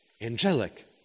angelic